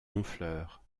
honfleur